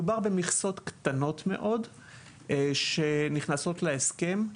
מדובר במכסות קטנות מאוד שנכנסות להסכם.